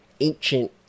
ancient